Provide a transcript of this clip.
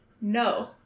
No